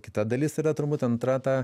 kita dalis yra turbūt antra ta